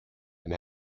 and